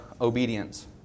obedience